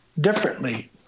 differently